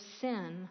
sin